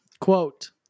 Quote